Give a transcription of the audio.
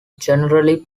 generally